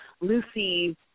Lucy